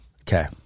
Okay